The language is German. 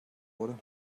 wurde